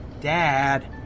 Dad